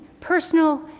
personal